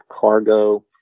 cargo